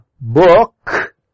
book